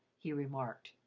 he remarked.